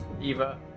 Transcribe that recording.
Eva